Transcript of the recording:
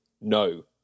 no